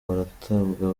baratabwa